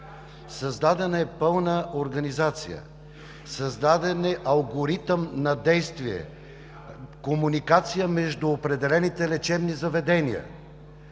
Създадена е пълна организация, създаден е алгоритъм на действие, комуникация между определените лечебни заведения.